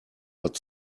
but